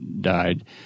died